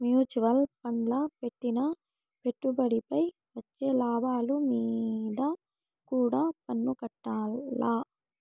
mutual ఫండ్ల పెట్టిన పెట్టుబడిపై వచ్చే లాభాలు మీంద కూడా పన్నుకట్టాల్ల